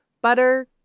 butter